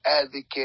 advocate